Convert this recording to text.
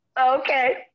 Okay